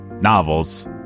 novels